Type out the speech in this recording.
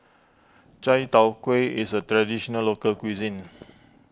Chai Tow Kway is a Traditional Local Cuisine